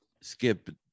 Skip